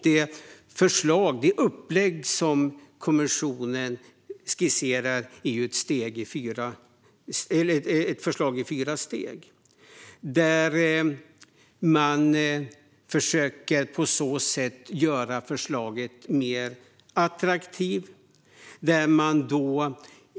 Det förslag och det upplägg som kommissionen skisserar är ett förslag i fyra steg. Man försöker på så sätt göra förslaget mer attraktivt.